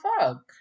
fuck